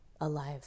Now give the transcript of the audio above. alive